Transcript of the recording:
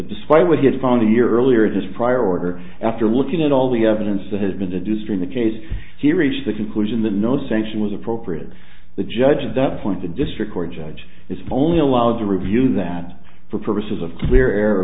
despite what he had found a year earlier in his prior order after looking at all the evidence that has been to do stream the case he reached the conclusion that no sanction was appropriate the judge of that point the district court judge is only allowed to review that for purposes of clear